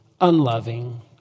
unloving